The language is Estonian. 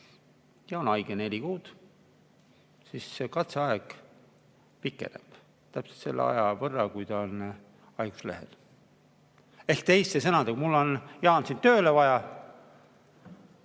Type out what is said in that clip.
ja on haige neli kuud, siis see katseaeg pikeneb täpselt selle aja võrra, kui ta on haiguslehel. Ehk teiste sõnadega: mul on, Jaan, sind tööle vaja,